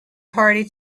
party